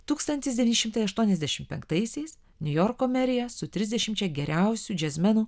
tūkstantis devyni šimtai aštuoniasdešim penktaisiais niujorko merija su trisdešimčia geriausių džiazmenų